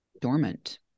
dormant